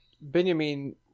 benjamin